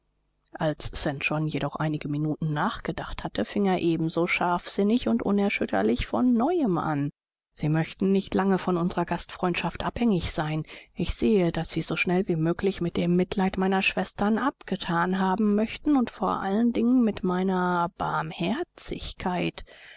als st john jedoch einige minuten nachgedacht hatte fing er ebenso scharfsinnig und unerschütterlich von neuem an sie möchten nicht lange von unserer gastfreundschaft abhängig sein ich sehe daß sie so schnell wie möglich mit dem mitleid meiner schwestern abgethan haben möchten und vor allen dingen mit meiner barmherzigkeit